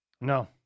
No